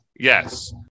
Yes